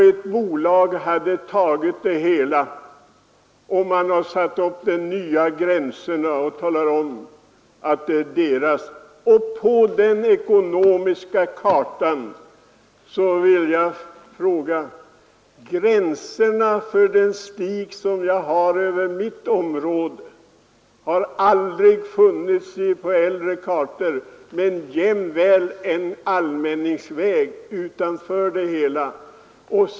Ett bolag hade tagit det hela, märkt ut nya gränser och gjort gällande att det var dess mark. Vad den ekonomiska kartan beträffar vill jag peka på följande: Den stig som går över mitt område har aldrig funnits på äldre kartor, men väl en allmänningsväg utanför det hela.